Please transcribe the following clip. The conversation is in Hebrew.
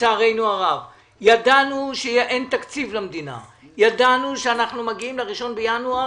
לצערנו הרב; ידענו שאין תקציב למדינה; ידענו שאנחנו מגיעים ל-1 בינואר